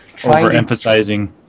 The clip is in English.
Overemphasizing